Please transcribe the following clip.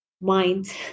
mind